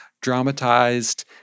dramatized